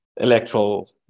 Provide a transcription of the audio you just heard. electoral